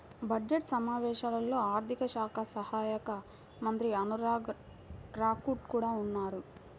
budget సమావేశాల్లో ఆర్థిక శాఖ సహాయక మంత్రి అనురాగ్ ఠాకూర్ కూడా ఉన్నారు